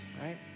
right